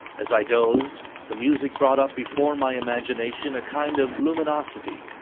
as i dozed, the music brought up before my imagination a kind of luminosity,